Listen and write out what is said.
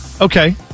okay